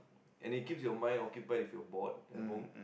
and it keeps your mind occupied if you are bored at home